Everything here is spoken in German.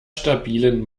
stabilen